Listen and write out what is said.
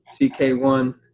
CK1